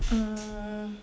um